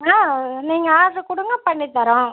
ஆ நீங்கள் ஆர்டர் கொடுங்க பண்ணித் தரோம்